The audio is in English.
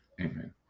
Amen